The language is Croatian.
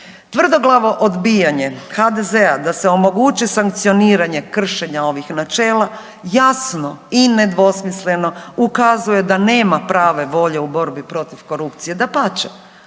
Tvrdoglavo odbijanje HDZ-a da se omogući sankcioniranje kršenja ovih načela, jasno i nedvosmisleno ukazuje da nema prave volje u borbi protiv korupcije. Dapače,